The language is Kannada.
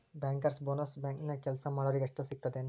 ಬ್ಯಾಂಕರ್ಸ್ ಬೊನಸ್ ಬ್ಯಾಂಕ್ನ್ಯಾಗ್ ಕೆಲ್ಸಾ ಮಾಡೊರಿಗಷ್ಟ ಸಿಗ್ತದೇನ್?